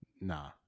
Nah